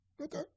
Okay